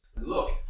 Look